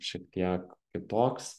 šiek tiek kitoks